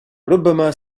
ربما